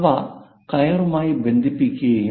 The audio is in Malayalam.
അവ കയറുമായി ബന്ധിപ്പിക്കും